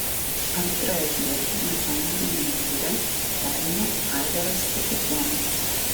antrąją vietą nacionaliniame ture pelnė aivaras stepukonis